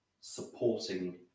supporting